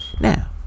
Now